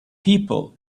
people